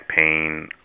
pain